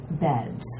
beds